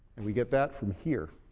and we get that from here.